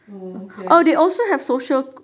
oh okay